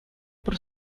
por